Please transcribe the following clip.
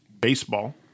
Baseball